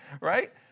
right